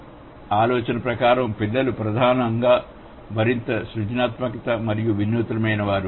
కానీ మీరు ఉత్పాదక ఆలోచన ప్రకారం పిల్లలు ప్రధానంగా మరింత సృజనాత్మకమైన మరింత వినూత్నమైనవారు